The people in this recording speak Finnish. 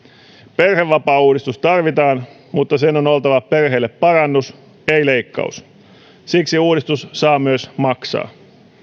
perhevapaauudistus tarvitaan mutta sen on oltava perheille parannus ei leikkaus siksi uudistus saa myös maksaa